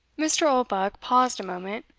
mr. oldbuck paused a moment,